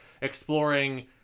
exploring